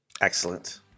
Excellent